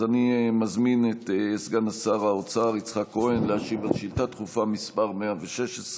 אז אני מזמין את סגן שר האוצר יצחק כהן להשיב על שאילתה דחופה מס' 116,